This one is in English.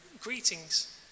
greetings